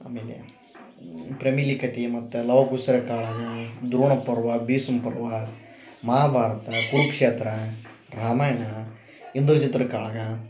ಆಮೇಲೆ ಪ್ರಮಿಲಿ ಕಟಿ ಮತ್ತ ಲವ ಕುಶರ ಕಾಳಗ ದ್ರೋಣ ಪರ್ವ ಭೀಷ್ಮ ಪರ್ವ ಮಹಾಭಾರತ ಕುರುಕ್ಷೇತ್ರ ರಾಮಾಯಣ ಇಂದ್ರಜೀತರ ಕಾಳಗ